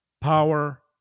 power